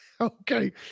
Okay